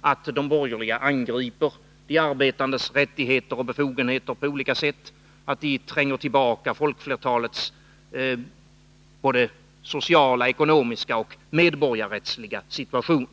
att de borgerliga angriper de arbetandes rättigheter och befogenheter på olika sätt, att de tränger tillbaka folkflertalets sociala, ekonomiska och medborgarrättsliga ställning.